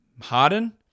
Harden